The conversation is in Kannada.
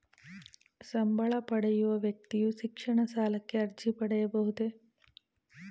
ಸಂಬಳ ಪಡೆಯುವ ವ್ಯಕ್ತಿಯು ಶಿಕ್ಷಣ ಸಾಲಕ್ಕೆ ಅರ್ಜಿ ಸಲ್ಲಿಸಬಹುದೇ?